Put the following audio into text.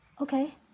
Okay